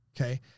okay